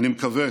ואני מקווה